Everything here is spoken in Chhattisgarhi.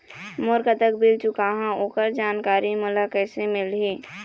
मोर कतक बिल चुकाहां ओकर जानकारी मोला कैसे मिलही?